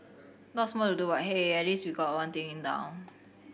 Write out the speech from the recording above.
lots more to do but hey at least we've got one thing in down